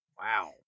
wow